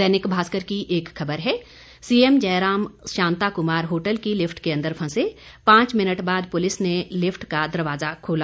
दैनिक भास्कर की एक खबर है सीएम जयराम शांता कुमार होटल की लिफ्ट के अंदर फंसे पांच मिनट बाद पुलिस ने लिफ्ट का दरवाजा खोला